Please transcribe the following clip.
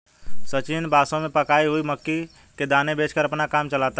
सचिन बसों में पकाई हुई मक्की के दाने बेचकर अपना काम चलाता है